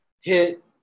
hit